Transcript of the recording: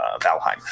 Valheim